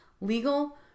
Legal